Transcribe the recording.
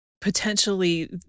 potentially